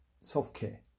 self-care